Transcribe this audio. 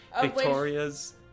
Victoria's